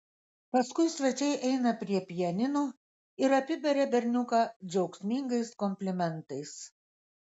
paskui svečiai eina prie pianino ir apiberia berniuką džiaugsmingais komplimentais